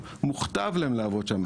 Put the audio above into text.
מוכתב להם לעבוד שם.